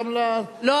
לא,